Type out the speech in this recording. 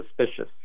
suspicious